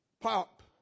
pop